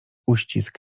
uścisk